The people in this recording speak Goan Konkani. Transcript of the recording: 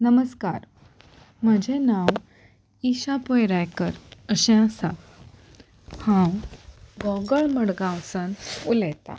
नमस्कार म्हजें नांव ईशा पै रायकर अशें आसा हांव गोगोळ मडगांव सावन उलयतां